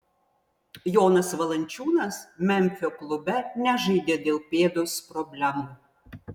jonas valančiūnas memfio klube nežaidė dėl pėdos problemų